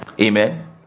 amen